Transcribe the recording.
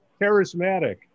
charismatic